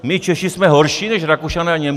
My Češi jsme horší než Rakušané a Němci?